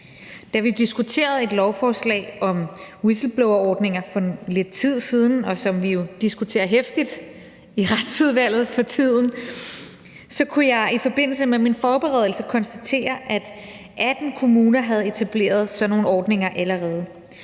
Da vi diskuterede et lovforslag om whistleblowerordninger for lidt tid siden, og som vi jo for tiden diskuterer heftigt i Retsudvalget, så kunne jeg i forbindelse med mine forberedelser konstatere, at 18 kommuner havde etableret sådan nogle ordninger allerede,